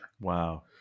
Wow